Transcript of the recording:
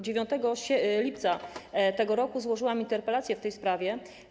9 lipca tego roku złożyłam interpelację w tej sprawie.